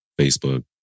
Facebook